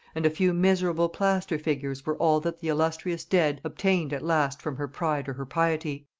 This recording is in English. and a few miserable plaster figures were all that the illustrious dead obtained at last from her pride or her piety.